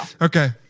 Okay